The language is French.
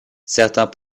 certains